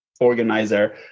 organizer